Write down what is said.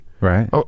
Right